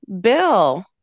Bill